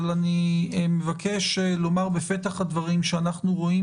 אני מבקש לומר בפתח הדברים שאנחנו רואים